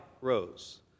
rose